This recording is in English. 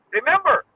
Remember